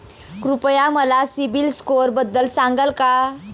कृपया मला सीबील स्कोअरबद्दल सांगाल का?